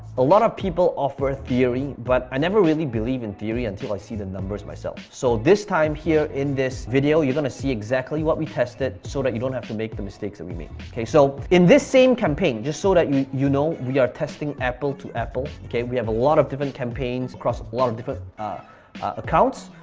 a lot of people offer theory, but i never really believe in theory until i see the numbers myself. so this time here in this video, you're gonna see exactly what we tested so that sort of you don't have to make the mistakes that we made, okay? so in this same campaign, just so that, you you know, we are testing apple to apple, okay? we have a lot of different campaigns across a lot of different ah accounts,